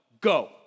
Go